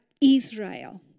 Israel